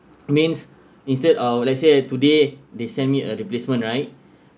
means instead of let's say today they sent me a replacement right